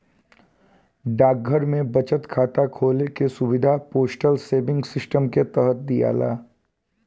डाकघर में बचत खाता खोले के सुविधा पोस्टल सेविंग सिस्टम के तहत दियाला